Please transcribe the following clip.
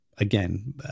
Again